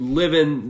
living